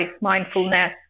mindfulness